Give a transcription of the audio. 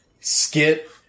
skit